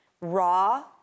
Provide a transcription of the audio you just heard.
raw